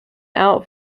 out